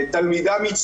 אתכם דרך